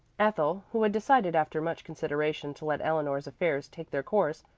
ethel, who had decided after much consideration to let eleanor's affairs take their course,